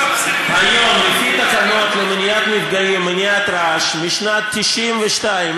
לפי תקנות למניעת מפגעים ומניעת רעש משנת 1992,